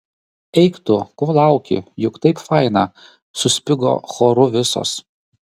eik tu ko lauki juk taip faina suspigo choru visos